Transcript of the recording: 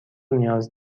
نیاز